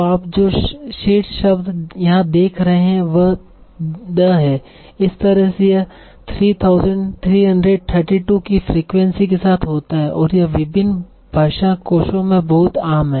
तो आप जो शीर्ष शब्द यहां देख रहे हैं वह 'द' इस तरह से यह 3332 की फ्रीक्वेंसी के साथ होता है और यह विभिन्न भाषा कोषों में बहुत आम है